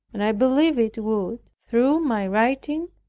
and i believed it would, through my writing,